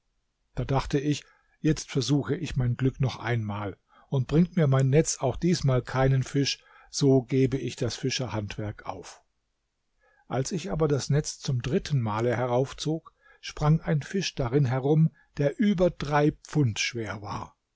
da dachte ich jetzt versuche ich mein glück noch einmal und bringt mir mein netz auch diesmal keinen fisch so gebe ich das fischerhandwerk auf als ich aber das netz zum dritten male heraufzog sprang ein fisch darin herum der über drei pfund schwer war